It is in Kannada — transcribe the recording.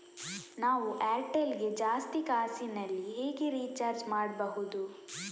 ನಾವು ಏರ್ಟೆಲ್ ಗೆ ಜಾಸ್ತಿ ಕಾಸಿನಲಿ ಹೇಗೆ ರಿಚಾರ್ಜ್ ಮಾಡ್ಬಾಹುದು?